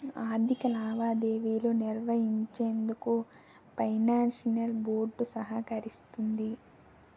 ఆర్థిక లావాదేవీలు నిర్వహించేందుకు ఫైనాన్షియల్ బోర్డ్ సహకరిస్తుంది